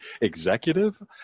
executive